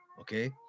okay